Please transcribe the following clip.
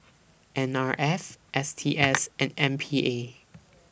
N R F S T S and M P A